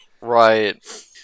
Right